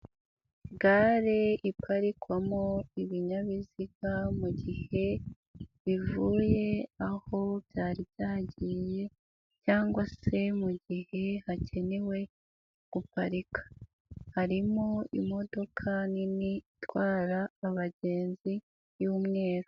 Gare iparikwamo ibinyabiziga mu gihe bivuye aho byari byagiye cyangwa se mu gihe hakenewe guparika. Harimo imodoka nini itwara abagenzi y'umweru.